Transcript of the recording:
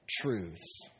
truths